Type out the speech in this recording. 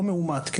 לא מאומת,